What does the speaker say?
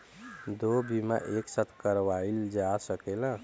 दो बीमा एक साथ करवाईल जा सकेला?